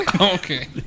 Okay